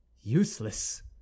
useless